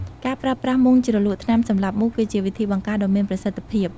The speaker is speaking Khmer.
ការប្រើប្រាស់មុងជ្រលក់ថ្នាំសម្លាប់មូស គឺជាវិធីបង្ការដ៏មានប្រសិទ្ធភាព។